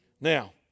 Now